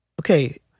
okay